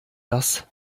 das